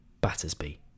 Battersby